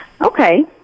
Okay